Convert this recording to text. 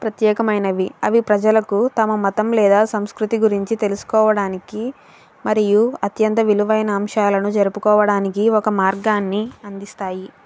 ప్రత్యేకమైనవి అవి ప్రజలకు తమ మతం లేదా సంస్కృతి గురించి తెలుసుకోవడానికి మరియు అత్యంత విలువైన అంశాలను జరుపుకోవడానికి ఒక మార్గాన్ని అందిస్తాయి